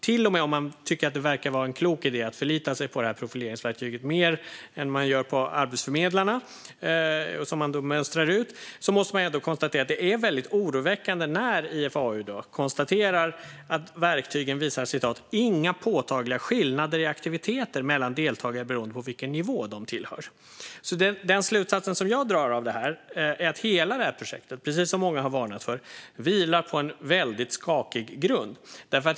Till och med om man tycker att det verkar vara en klok idé att förlita sig mer på profileringsverktyget än på arbetsförmedlarna, som då mönstras ut, måste man konstatera att det är väldigt oroväckande när IFAU konstaterar: Verktygen visar inga påtagliga skillnader i aktiviteter mellan deltagare beroende på vilken nivå de tillhör. Den slutsats som jag drar av detta är att hela det här projektet vilar på en väldigt skakig grund, precis som många har varnat för.